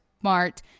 smart